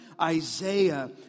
Isaiah